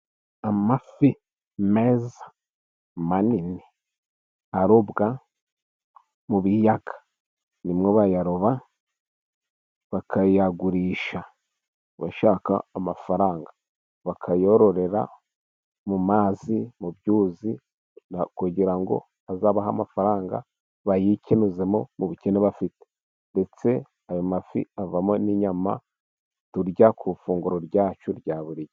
Amafi meza manini arobwa mu biyaga ni mwo bayaroba bakayagurisha, abashaka amafaranga bakayororera mu mazi mu byuzi, kugira ngo azabahe amafaranga bayikemuzemo mu bukene bafite, ndetse ayo mafi avamo n'inyama turya ku ifunguro ryacu rya buri gihe.